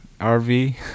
RV